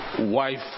wife